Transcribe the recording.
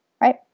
right